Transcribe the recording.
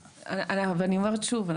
אני אומרת שוב,